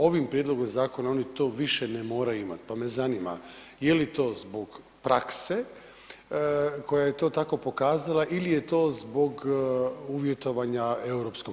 Ovim prijedlogom zakona oni to više ne moraju imati pa me zanima, je li to zbog prakse koja je to tako pokazala ili je to zbog uvjetovanja EU direktivom?